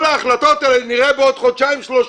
כל ההחלטות האלה: "נראה בעוד חודשיים-שלושה",